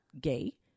gay